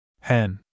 Hen